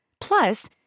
Plus